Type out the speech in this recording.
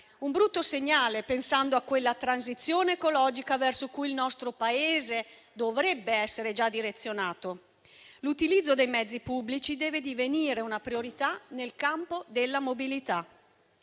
un brutto segnale, pensando a quella transizione ecologica in direzione del quale il nostro Paese dovrebbe essere già avviato. L'utilizzo dei mezzi pubblici deve divenire una priorità nel campo della mobilità: